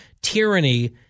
tyranny